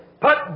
put